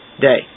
day